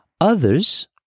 others